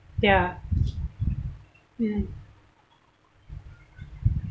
ya mm